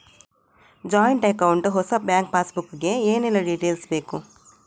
Joint account ಹೊಸ bank passbook ಗೆ ಏನೆಲ್ಲ ಡೀಟೇಲ್ಸ್ ಬೇಕು?